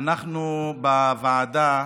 אנחנו בוועדה